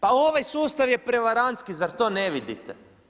Pa ovaj sustav je prevarantski, zar to ne vidite?